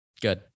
good